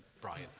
Brian